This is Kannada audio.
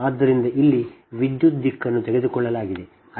ಆದ್ದರಿಂದ ಇಲ್ಲಿ ವಿದ್ಯುತ್ ದಿಕ್ಕನ್ನು ತೆಗೆದುಕೊಳ್ಳಲಾಗಿದೆ I k